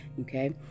okay